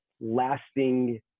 lasting